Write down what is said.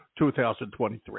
2023